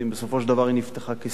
בסופו של דבר היא נפתחה כסדרה,